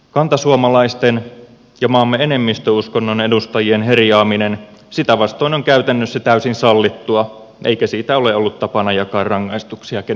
kantasuomalaisten ja maamme enemmistöuskonnon edustajien herjaaminen sitä vastoin on käytännössä täysin sallittua eikä siitä ole ollut tapana jakaa rangaistuksia kenellekään